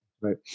Right